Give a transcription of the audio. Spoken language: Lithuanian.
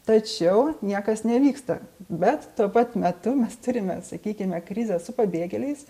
tačiau niekas nevyksta bet tuo pat metu mes turime sakykime krizę su pabėgėliais